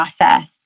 process